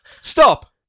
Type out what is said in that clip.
stop